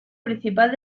principal